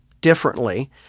differently